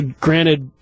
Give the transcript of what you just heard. Granted